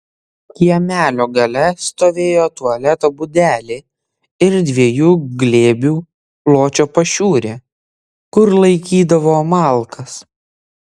kiemelio gale stovėjo tualeto būdelė ir dviejų glėbių pločio pašiūrė kur laikydavo malkas